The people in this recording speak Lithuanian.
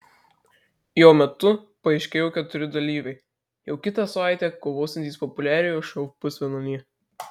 jo metu paaiškėjo keturi dalyviai jau kitą savaitę kovosiantys populiariojo šou pusfinalyje